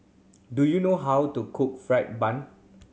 do you know how to cook fried bun